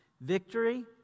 Victory